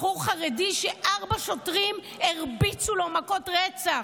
בחור חרדי שארבעה שוטרים הרביצו לו מכות רצח.